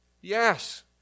yes